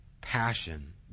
passion